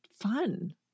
fun